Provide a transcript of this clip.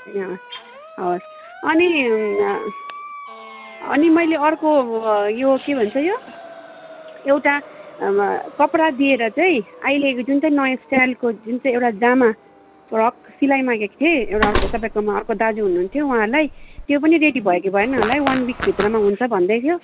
ए अँ हवस् अनि अनि मैले अर्को यो के भन्छ यो एउटा अब कपडा दिएर चाहिँ अहिलेको जुन चाहिँ नयाँ स्टाइलको जुन चाहिँ एउटा जामा फ्रक सिलाइमागेको थिएँ एउटा अर्को तपाईँकोमा अर्को दाजु हुनुहुन्थ्यो उँहालाई त्यो पनि रेडी भयो कि भएन होला है वान विकभित्रमा हुन्छ भन्दै थियो